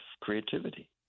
creativity